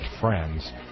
friends